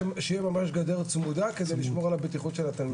שתהיה ממש גדר צמודה כדי לשמור על הבטיחות של התלמידים.